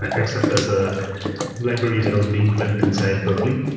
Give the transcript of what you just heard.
ah except as a library that was being built inside berkeley,